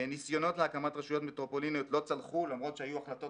ניסיונות להקמת רשויות מטרופוליניות לא צלחו למרות שהיו החלטות